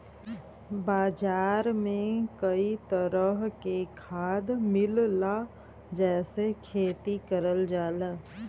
बाजार में कई तरह के खाद मिलला जेसे खेती करल जाला